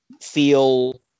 feel